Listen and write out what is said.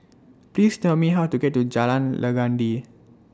Please Tell Me How to get to Jalan Legundi